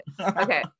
Okay